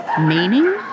meaning